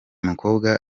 mukobwa